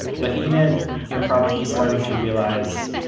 but enid, you are probably starting to realize,